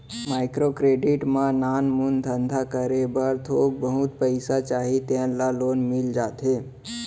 micro credit म नानमुन धंधा करे बर थोक बहुत पइसा चाही तेन ल लोन मिल जाथे